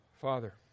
Father